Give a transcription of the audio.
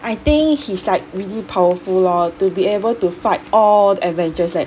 I think he's like really powerful lor to be able to fight all the avengers like